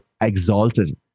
exalted